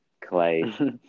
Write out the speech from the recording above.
Clay